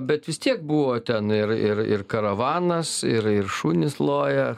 bet vis tiek buvo ten ir ir ir karavanas ir ir šunys loja